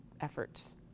efforts